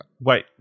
Wait